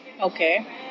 Okay